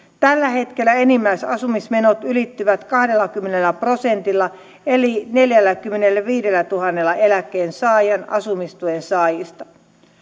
tällä hetkellä enimmäisasumismenot ylittyvät kahdellakymmenellä prosentilla eli neljälläkymmenelläviidellätuhannella eläkkeensaajan asumistuen saajista